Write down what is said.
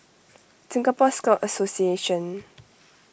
Singapore Scout Association